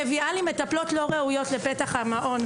מביאה לי מטפלות לא ראויות לפתח המעון.